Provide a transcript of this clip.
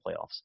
playoffs